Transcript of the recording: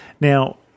Now